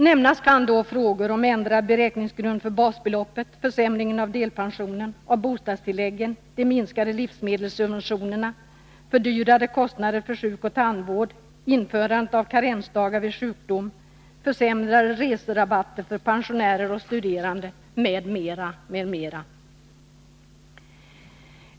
Nämnas kan frågor om ändrad beräkningsgrund för basbeloppet, = m.m. försämringen av delpensionen och bostadstilläggen, de minskade livsmedelssubventionerna, fördyrade kostnader för sjukoch tandvård, införandet av karensdagar vid sjukdom, försämrade reserabatter för pensionärer och studerande m.m.